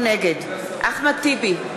נגד אחמד טיבי,